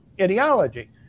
ideology